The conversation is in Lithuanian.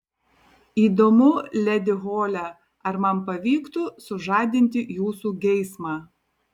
įdomu ledi hole ar man pavyktų sužadinti jūsų geismą